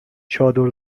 چادر